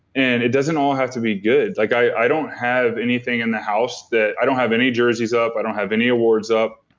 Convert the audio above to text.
and it doesn't all have to be good. like i don't have anything in the house, i don't have any jerseys up, i don't have any awards up.